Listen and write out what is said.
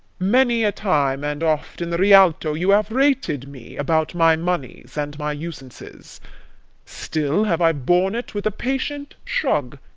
many a time and oft in the rialto you have rated me about my moneys and my usances still have i borne it with a patient shrug,